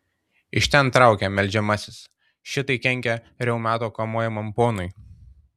iš ten traukia meldžiamasis šitai kenkia reumato kamuojamam ponui